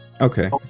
Okay